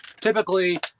typically